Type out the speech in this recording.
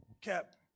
Cap